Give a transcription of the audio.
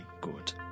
good